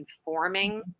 informing